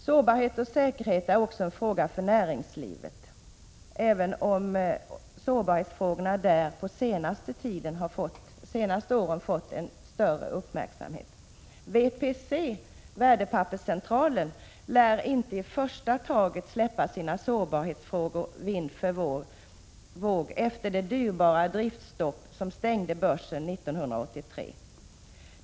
Sårbarhet och säkerhet är också en fråga för näringslivet, även om sårbarhetsfrågorna där först de senaste åren fått en större uppmärksamhet. VPC, Värdepapperscentralen, lär inte i första taget släppa sina sårbarhetsfrågor vind för våg efter det dyrbara driftstopp som stängde Börsen 1983.